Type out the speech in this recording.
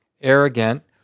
arrogant